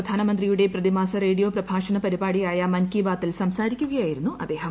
പ്രധാനമന്ത്രിയുടെ പ്രതിമാസ റേഡിയോ പ്രഭാഷണ പരിപാടിയായ മൻകി ബാത്തിൽ സംസാരിക്കുകയായിരുന്നു അദ്ദേഹം